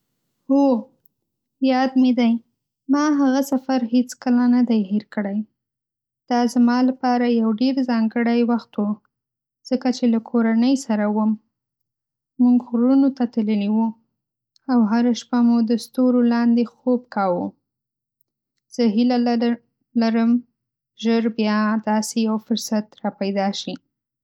هو، یاد مې دی، ما هغه سفر هېڅ کله نه دی هېر کړی. دا زما لپاره یو ډېر ځانګړی وخت و، ځکه چې له کورنۍ سره وم. موږ غرونو ته تللي وو، او هره شپه مو د ستورو لاندې خوب کاوه. زه هیله لرم ژر بیا داسې یو فرصت راپیدا شي.